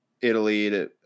Italy